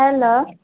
hello